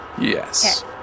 Yes